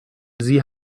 sie